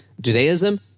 Judaism